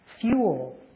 fuel